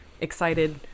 excited